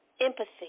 empathy